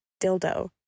dildo